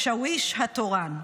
השאוויש התורן.